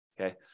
okay